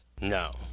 No